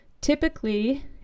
typically